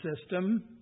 system